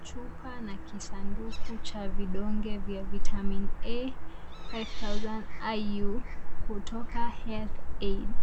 Chupa na kisanduku cha vidonge ya VITAMIN A 5000 IU kutoka HEALTH AID.